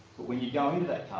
but when you go into that